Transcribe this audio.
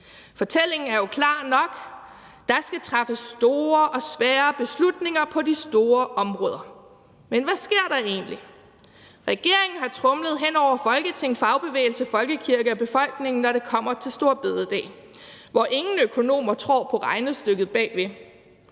Fortællingen er jo klar nok: Der skal træffes store og svære beslutninger på de store områder. Men hvad sker der egentlig? Regeringen har tromlet hen over Folketing, fagbevægelse, folkekirke og befolkningen, når det kommer til store bededag, hvor ingen økonomer tror på regnestykket bag ved.